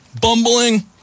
bumbling